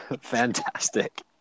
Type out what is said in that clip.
Fantastic